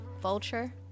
Vulture